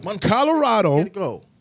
Colorado